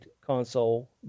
console